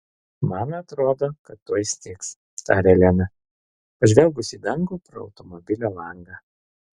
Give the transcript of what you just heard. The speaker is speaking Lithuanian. man atrodo kad tuoj snigs tarė lena pažvelgus į dangų pro automobilio langą